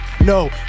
No